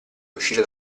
uscire